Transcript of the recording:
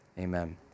Amen